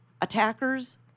attackers